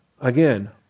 again